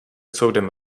soudem